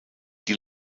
die